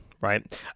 Right